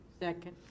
Second